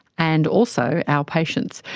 and also our patients.